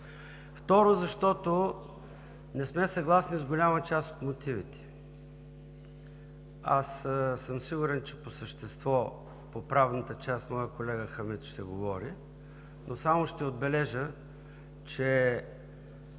Второ, защото не сме съгласни с голяма част от мотивите. Аз съм сигурен, че по правната част моят колега Хамид ще говори по същество, но само ще отбележа, че